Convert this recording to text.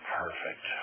perfect